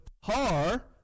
Har